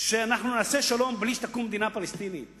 שאנחנו נעשה שלום בלי שתקום מדינה פלסטינית